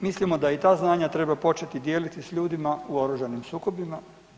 Mislimo da i ta znanja treba početi dijeliti s ljudima u oružanim sukobima.